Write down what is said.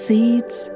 Seeds